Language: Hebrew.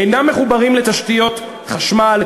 אינם מחוברים לתשתיות חשמל,